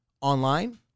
online